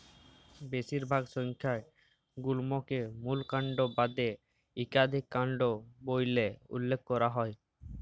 বেশিরভাগ সংখ্যায় গুল্মকে মূল কাল্ড বাদে ইকাধিক কাল্ড ব্যইলে উল্লেখ ক্যরা হ্যয়